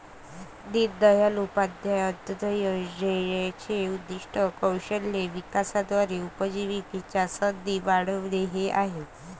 दीनदयाळ उपाध्याय अंत्योदय योजनेचे उद्दीष्ट कौशल्य विकासाद्वारे उपजीविकेच्या संधी वाढविणे हे आहे